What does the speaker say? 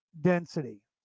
density